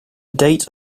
date